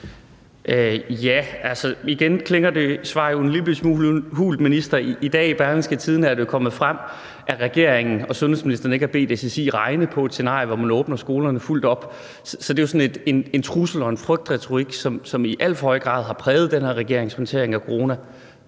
(V): Igen klinger det svar jo en lille smule hult, minister. I dag i Berlingske er det jo kommet frem, at regeringen og sundhedsministeren ikke har bedt SSI regne på et scenarie, hvor man åbner skolerne fuldt op. Så det er jo sådan en trussels- og frygtretorik, som i alt for høj grad har præget den her regerings håndtering af corona